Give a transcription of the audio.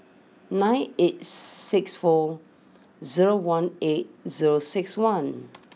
nine eight six four zero one eight zero six one